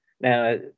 Now